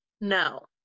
No